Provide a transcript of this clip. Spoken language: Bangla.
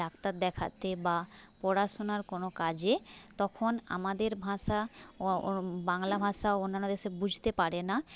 ডাক্তার দেখাতে বা পড়াশোনার কোনো কাজে তখন আমাদের ভাষা বাংলা ভাষা ওনারা দেশে বুঝতে পারে না